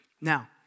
Now